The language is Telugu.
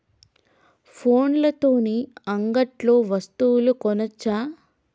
ఫోన్ల తోని అంగట్లో వస్తువులు కొనచ్చా?